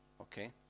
okay